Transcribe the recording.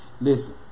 Listen